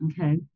Okay